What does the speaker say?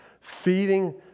Feeding